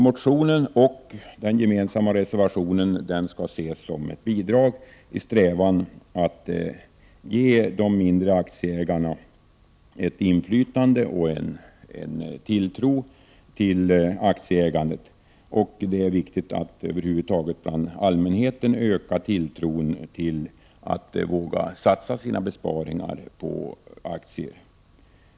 Motionen och den gemensamma reservationen skall ses som ett bidrag i strävan att ge de mindre aktieägarna ett inflytande och en tilltro till aktieägandet. Det är viktigt att över huvud taget bland allmänheten öka tilltron till att våga satsa sina besparingar på aktier.